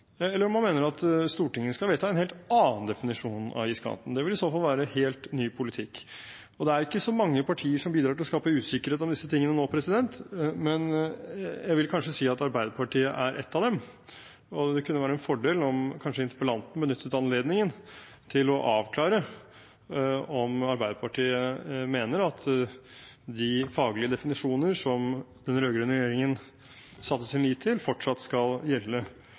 eller om de mener at Stortinget skal vedta en helt annen definisjon av iskanten. Det vil i så fall være helt ny politikk. Det er ikke så mange partier som bidrar til å skape usikkerhet om disse tingene nå, men jeg vil kanskje si at Arbeiderpartiet er ett av dem, og det kunne være en fordel om interpellanten benyttet anledningen til å avklare om Arbeiderpartiet mener at de faglige definisjonene som den rød-grønne regjeringen satte sin lit til, skal gjelde